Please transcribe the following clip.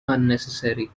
unnecessary